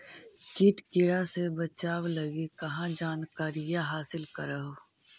किट किड़ा से बचाब लगी कहा जानकारीया हासिल कर हू?